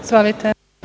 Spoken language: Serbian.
Izvolite.